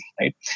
right